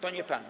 To nie pan.